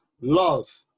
Love